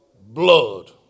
Blood